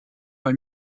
bei